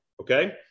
Okay